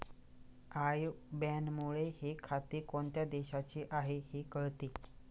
I बॅनमुळे हे खाते कोणत्या देशाचे आहे हे कळते